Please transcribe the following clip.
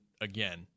again